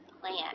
plan